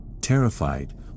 Terrified